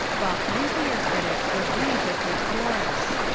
while kindlier critics were grieved at her course.